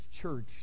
church